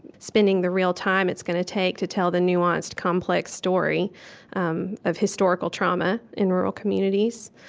spending the real time it's gonna take to tell the nuanced, complex story um of historical trauma in rural communities.